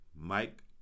Mike